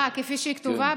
כפי שהיא כתובה?